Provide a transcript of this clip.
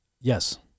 Yes